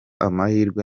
amahirwe